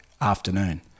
afternoon